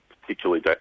particularly